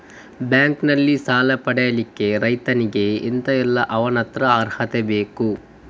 Bank ನಿಂದ ಸಾಲ ಪಡಿಲಿಕ್ಕೆ ರೈತನಿಗೆ ಎಂತ ಎಲ್ಲಾ ಅವನತ್ರ ಅರ್ಹತೆ ಬೇಕು?